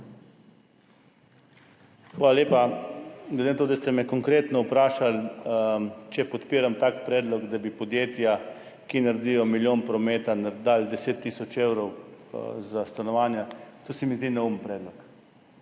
Hvala lepa. Glede na to, da ste me konkretno vprašali, če podpiram tak predlog, da bi podjetja, ki naredijo milijon prometa, dala 10 tisoč evrov za stanovanja, [vam povem], da se mi zdi to neumen predlog,